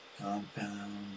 Compound